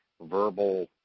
verbal